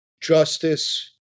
justice